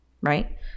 right